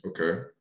Okay